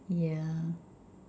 yeah